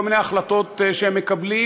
כל מיני החלטות שהם מקבלים,